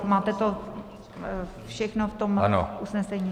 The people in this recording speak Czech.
Máte to všechno v tom usnesení.